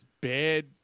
bad